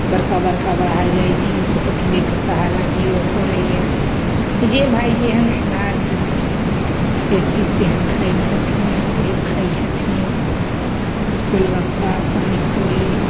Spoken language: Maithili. बड़का बड़का बाहर जाइ छी तऽ होटलेके सहारा जीअ पड़ैया जे भाय जेहेन खेनिहार छथिन से चीज तेहन खाइ छथिन आइसक्रीम खाइ छथिन गोलगप्पा पानिपूड़ी